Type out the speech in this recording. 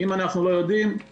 אם אנחנו לא יודעים בודקים.